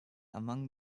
among